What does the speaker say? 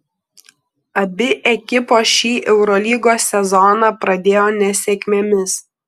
abi ekipos šį eurolygos sezoną pradėjo nesėkmėmis